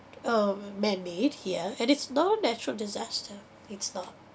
um man-made here and it's not natural disaster it's not